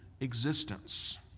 existence